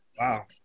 Wow